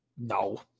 no